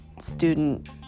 student